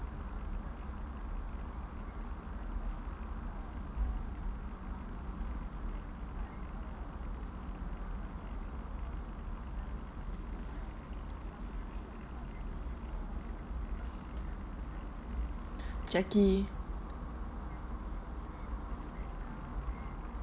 jackie